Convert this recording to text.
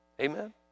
Amen